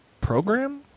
program